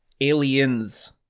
Aliens